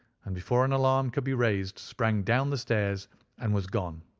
and before an alarm could be raised sprang down the stairs and was gone.